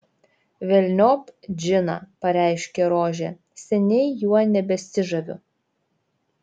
velniop džiną pareiškė rožė seniai juo nebesižaviu